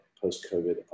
post-COVID